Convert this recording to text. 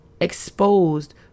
exposed